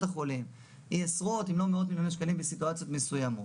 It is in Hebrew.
החולים היא עשרות אם לא מאות מיליוני שקלים בסיטואציות מסוימות,